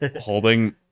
holding